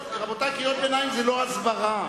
רבותי, קריאות ביניים זה לא הסברה.